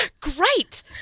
great